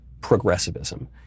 progressivism